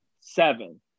seven